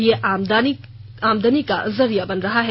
यह आमदनी का जरीया बन रहा है